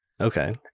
Okay